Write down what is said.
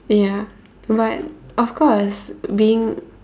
ya but of course being